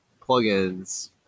plugins